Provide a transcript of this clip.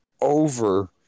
over